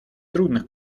трудных